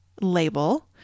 label